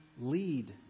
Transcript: lead